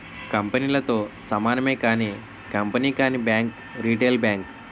కంపెనీలతో సమానమే కానీ కంపెనీ కానీ బ్యాంక్ రిటైల్ బ్యాంక్